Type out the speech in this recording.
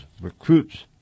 recruits